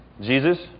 Jesus